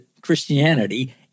Christianity